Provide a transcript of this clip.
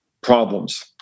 problems